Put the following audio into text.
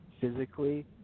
physically